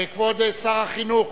כבוד שר החינוך